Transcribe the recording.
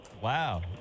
Wow